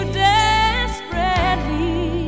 desperately